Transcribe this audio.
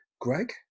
Greg